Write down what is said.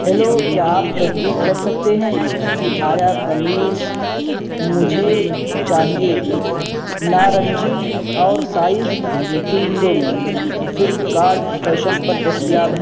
hello کیا آپ تصدیق کر سکتے ہیں کہ آیا قمیص مجھے چاہیے نارنجی اور سائز تین دو میں فلپ کارٹ فیشن پر دستیاب ہے